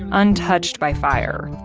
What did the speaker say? and untouched by fire,